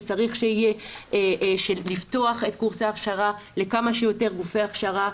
שצריך לפתוח את קורסי ההכשרה לכמה שיותר גופי הכשרה,